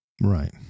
Right